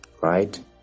right